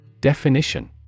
Definition